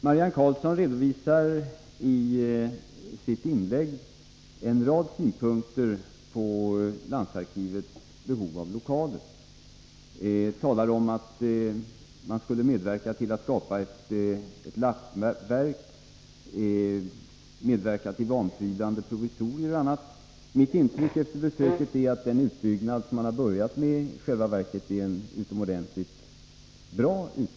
Herr talman! Marianne Karlsson redovisar i sitt inlägg en rad synpunkter på landsarkivets behov av lokaler. Hon talar om att man skulle medverka till att skapa ett lappverk, vanprydande provisorier och annat. Mitt intryck efter ett besök där är att den utbyggnad man har börjat med i själva verket är utomordentligt bra.